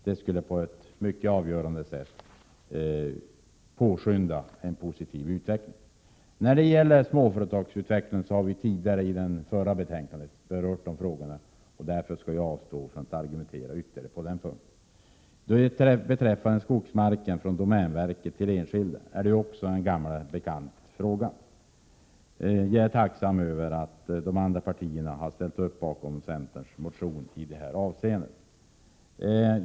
Det skulle på ett mycket avgörande sätt påskynda en positiv utveckling. Frågan om småföretagsutveckling har vi berört i samband med det förra betänkandet, och därför skall jag avstå från att argumentera ytterligare på den punkten. Överföring av skogsmark från domänverket till enskilda är också en gammal bekant fråga. Jag är tacksam för att de andra partierna har ställt upp bakom centerns motion i det här avseendet.